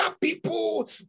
people